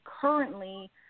currently